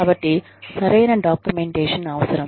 కాబట్టి సరైన డాక్యుమెంటేషన్ అవసరం